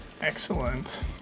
Excellent